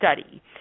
study